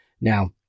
Now